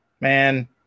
Man